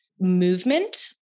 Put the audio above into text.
movement